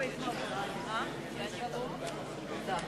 התוצאות: בעד הצעת חוק התכנון והבנייה,